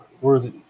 worthy